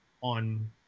on